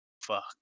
Fuck